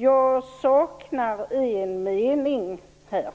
Jag saknar en mening här,